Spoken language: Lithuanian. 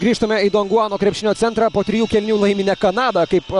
grįžtame į donguano krepšinio centrą po trijų kėlinių laimi ne kanada kaip